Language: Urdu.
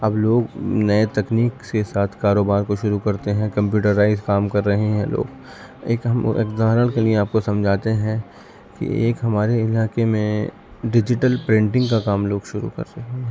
اب لوگ نئے تکنیک سے ساتھ کاروبار کو شروع کرتے ہیں کمپیوٹرائز کام کر رہے ہیں لوگ ایک ہم ادھارن کے لیے آپ کو سمجھاتے ہیں کہ ایک ہمارے علاقے میں ڈیجیٹل پرنٹنگ کا کام لوگ شروع کر رہے ہیں